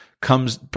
comes